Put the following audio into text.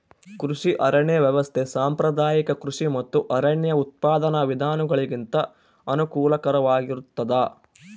ಕೃಷಿ ಅರಣ್ಯ ವ್ಯವಸ್ಥೆ ಸಾಂಪ್ರದಾಯಿಕ ಕೃಷಿ ಮತ್ತು ಅರಣ್ಯ ಉತ್ಪಾದನಾ ವಿಧಾನಗುಳಿಗಿಂತ ಅನುಕೂಲಕರವಾಗಿರುತ್ತದ